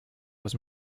was